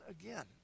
again